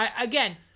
again